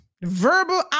verbal